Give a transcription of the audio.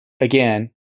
Again